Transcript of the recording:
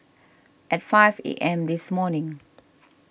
at five A M this morning